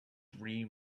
three